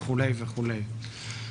וכולי וכולי.